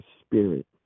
spirit